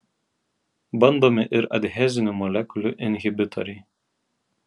bandomi ir adhezinių molekulių inhibitoriai